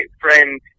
friends